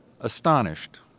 astonished